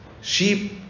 Sheep